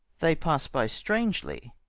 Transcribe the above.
they pass by strangely.